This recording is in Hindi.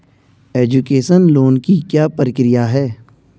एजुकेशन लोन की क्या प्रक्रिया है?